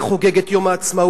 אני חוגג את יום העצמאות,